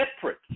separate